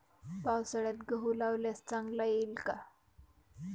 पावसाळ्यात गहू लावल्यास चांगला येईल का?